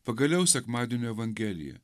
pagaliau sekmadienio evangelija